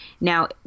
Now